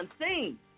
unseen